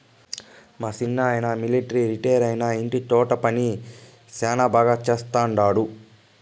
మా సిన్నాయన మిలట్రీ రిటైరైనా ఇంటి తోట పని శానా బాగా చేస్తండాడు